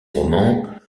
romans